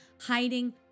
hiding